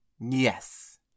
Yes